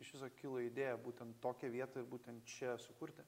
iš viso kilo idėja būtent tokią vietą i būtent čia sukurti